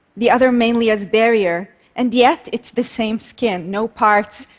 the other mainly as barrier, and yet it's the same skin no parts,